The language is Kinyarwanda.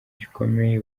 gikomeye